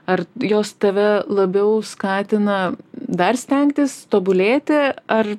ar jos tave labiau skatina dar stengtis tobulėti ar